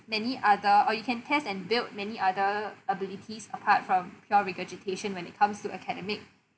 many other or you can test and build many other abilities apart from pure regurgitation when it comes to academic